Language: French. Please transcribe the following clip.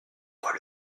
voit